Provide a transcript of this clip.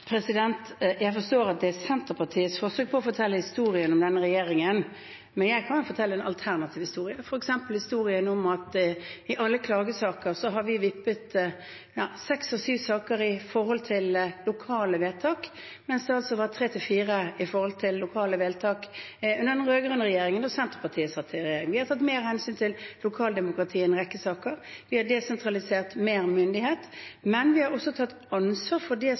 Jeg forstår at det er Senterpartiets forsøk på å fortelle historien om denne regjeringen. Men jeg kan fortelle en alternativ historie, f.eks. historien om at i alle klagesaker har vi vippet seks av syv saker i forhold til lokale vedtak, mens det var tre til fire i forhold til lokale vedtak under den rød-grønne regjeringen, da Senterpartiet satt i regjering. Vi har tatt mer hensyn til lokaldemokratiet i en rekke saker, vi har desentralisert mer myndighet, men vi har også tatt ansvar for det staten har ansvar for, og det er å sørge for å organisere det